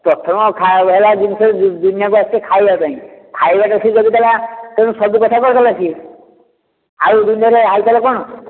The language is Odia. ପ୍ରଥମ ଜିନିଷ ହେଲା ଦୁନିଆକୁ ଅସିଛେ ଖାଇବା ପାଇଁ ଖାଇବାଟା ସେ ଯଦି ଦେଲା ତେଣୁ ସବୁ କଥା କରିଦେଲା ସେ ଆଉ ଦୁନିଆରେ ଆଉ ତା'ହେଲେ କ'ଣ